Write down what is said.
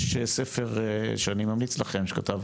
יש ספר שאני ממליץ לכם, שכתב